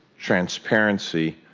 transparency,